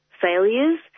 failures